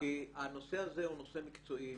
כי הנושא הזה הוא נושא מקצועי.